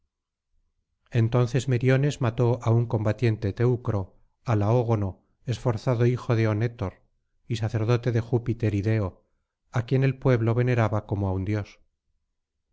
entonces meriones mató á un combatiente teucro á laógono esforzado hijo de onétor y sacerdote de júpiter ideo á quien el pueblo veneraba como á un dios